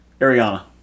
Ariana